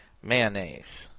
mayonnaise,